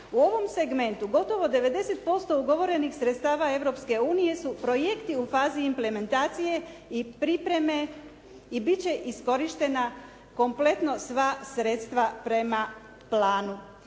U ovom segmentu, gotovo 90% ugovorenih sredstava Europske unije su projekti u fazi implementacije i pripreme i biti će iskorištena kompletno sva sredstva prema planu.